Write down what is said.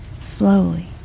Slowly